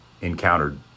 encountered